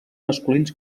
masculins